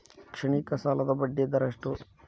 ಶೈಕ್ಷಣಿಕ ಸಾಲದ ಬಡ್ಡಿ ದರ ಎಷ್ಟು?